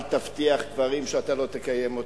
אל תבטיח דברים שאתה לא תקיים.